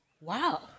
Wow